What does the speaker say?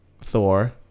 thor